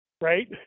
right